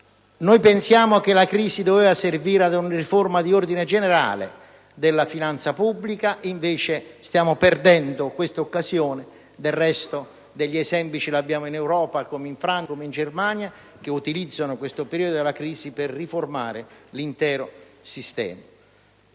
Noi pensiamo che la crisi debba servire per una riforma d'ordine generale della finanza pubblica e invece stiamo perdendo questa occasione. Del resto, abbiamo degli esempi in Europa: la Francia e la Germania stanno utilizzando il periodo della crisi per riformare l'intero sistema.